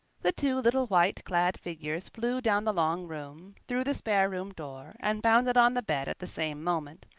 the two little white-clad figures flew down the long room, through the spare-room door, and bounded on the bed at the same moment.